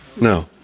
No